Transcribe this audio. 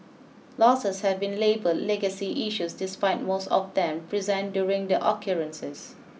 losses have been labelled 'legacy issues' despite most of them present during the occurrences